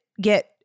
get